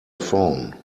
phone